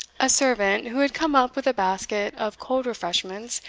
a servant, who had come up with a basket of cold refreshments,